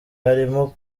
harimo